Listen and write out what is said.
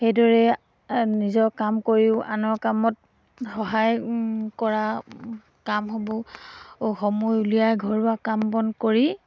সেইদৰে নিজৰ কাম কৰিও আনৰ কামত সহায় কৰা কাম হ'ব সময় উলিয়াই ঘৰুৱা কাম বন কৰি